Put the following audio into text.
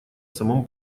самом